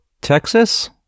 Texas